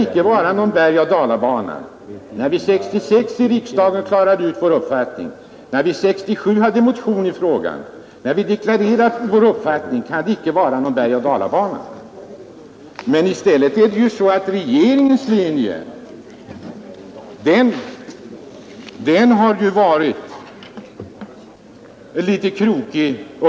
När vi 1966 klargjorde vår uppfattning i riksdagen, när vi 1967 väckte motion i frågan och när vi deklarerade vår ståndpunkt i det sammanhanget var det inte fråga om någon bergoch dalbana. Det är i stället regeringens linje som under åren har varit litet krokig.